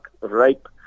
rape